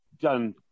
done